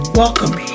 welcome